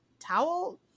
Towel